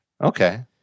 Okay